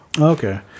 okay